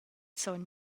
sogn